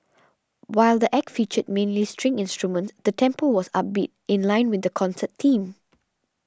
while the Act featured mainly string instruments the tempo was upbeat in line with the concert theme